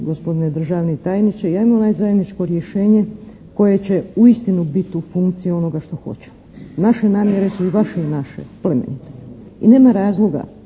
gospodine državni tajniče i 'ajmo naći zajedničko rješenje koje će uistinu bit u funkciji onoga što hoćemo. Naše namjere su i vaše i naše plemenite. I nema razloga